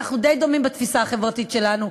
אנחנו די דומים בתפיסה החברתית שלנו,